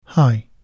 Hi